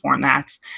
formats